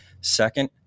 Second